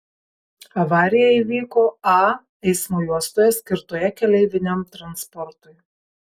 avarija įvyko a eismo juostoje skirtoje keleiviniam transportui